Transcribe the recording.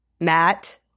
Matt